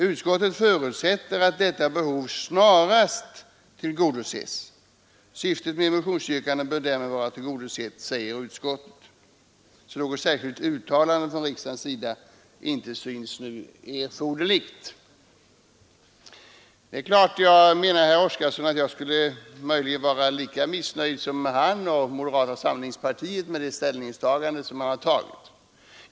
Utskottet förutsätter att detta behov snarast tillgodoses. Syftet med motionsyrkandena bör därmed vara tillgodosett. Något särskilt uttalande från riksdagens sida synes ej nu erforderligt.” Herr Oskarson menar förmodligen att jag skulle vara lika missnöjd som han och moderata samlingspartiet med utskottets ställningstagande.